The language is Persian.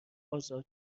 ازاد